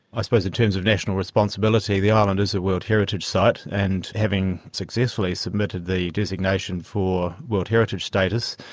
i suppose in terms of national responsibility, the island is a world heritage site, and having successfully submitted the designation for world heritage status,